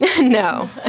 No